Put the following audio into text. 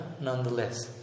nonetheless